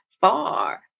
far